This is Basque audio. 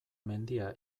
mendia